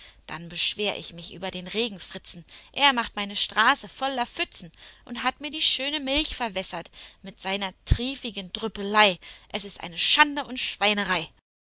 dann beschwer ich mich über den regenfritzen er macht meine straße voller pfützen und hat mir die schöne milch verwässert mit seiner triefigen drüppelei es ist eine schande und schweinerei